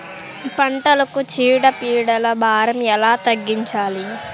పంటలకు చీడ పీడల భారం ఎలా తగ్గించాలి?